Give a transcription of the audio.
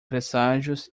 presságios